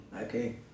Okay